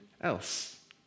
else